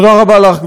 תודה רבה לך.